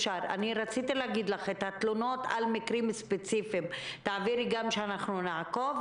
רציתי להגיד לך תעבירי את התלונות על מקרים ספציפיים שאנחנו נעקוב,